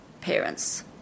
parents